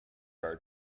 our